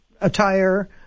attire